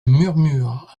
murmure